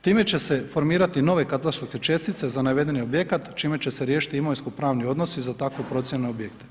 Time će se formirati nove katastarske čestice za navedeni objekat čime će se riješiti imovinsko pravni odnosi za takvu procjenu objekta.